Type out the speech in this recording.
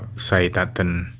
site that they,